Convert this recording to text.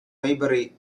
maybury